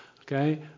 Okay